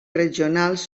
regionals